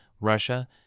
Russia